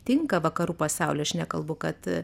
tinka vakarų pasaulio aš nekalbu kad